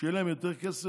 שיהיה להם יותר כסף,